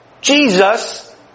Jesus